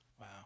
Wow